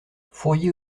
fourier